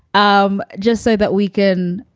um just so that we can,